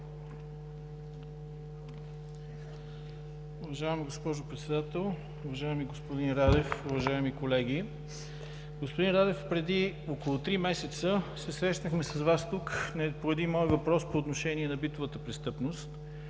Уважаема госпожо Председател, уважаеми господин Радев, уважаеми колеги! Господин Радев, преди около три месеца се срещнахме с Вас тук по един мой въпрос по отношение на битовата престъпност